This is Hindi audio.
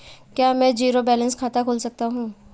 क्या मैं ज़ीरो बैलेंस खाता खोल सकता हूँ?